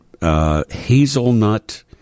hazelnut